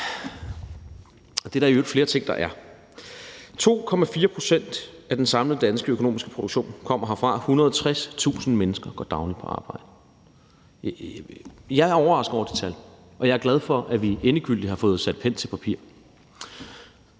det er der i øvrigt flere ting, der er: 2,4 pct. af den samlede danske økonomiske produktion kommer herfra; 160.000 mennesker går dagligt på arbejde inden for det her. Jeg er overrasket over det tal, og jeg er glad for, at vi endegyldigt har fået sat pen til papir.